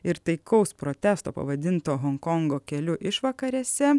ir taikaus protesto pavadinto honkongo keliu išvakarėse